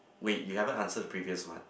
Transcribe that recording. wait you haven't answer the previous one